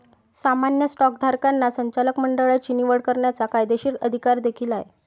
सामान्य स्टॉकधारकांना संचालक मंडळाची निवड करण्याचा कायदेशीर अधिकार देखील आहे